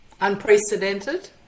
Unprecedented